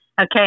Okay